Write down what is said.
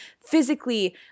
physically